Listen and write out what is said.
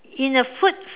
in a food